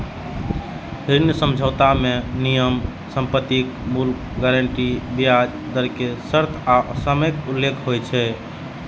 ऋण समझौता मे नियम, संपत्तिक मूल्य, गारंटी, ब्याज दर के शर्त आ समयक उल्लेख होइ छै